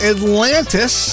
Atlantis